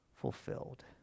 fulfilled